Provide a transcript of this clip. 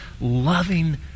loving